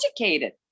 educated